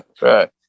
Right